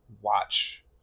watch